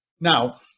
now